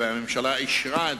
והממשלה אישרה,